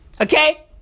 Okay